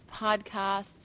podcasts